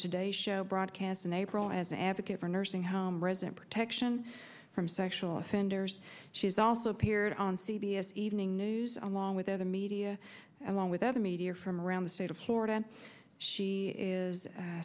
today show broadcast in april as an advocate for nursing home resident protection from sexual offenders she's also appeared on c b s evening news along with other media and one with other media from around the state of florida and she is